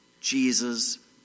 Jesus